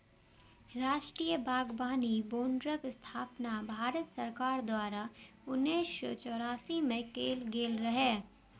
राष्ट्रीय बागबानी बोर्डक स्थापना भारत सरकार द्वारा उन्नैस सय चौरासी मे कैल गेल रहै